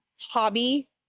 hobby